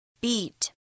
beat